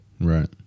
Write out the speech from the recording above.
Right